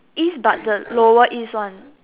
is but the lower is one